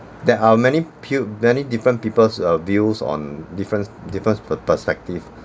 there are many puke many different people's uh views on difference different pers~ perspective